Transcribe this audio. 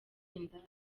indaya